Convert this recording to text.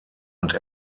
und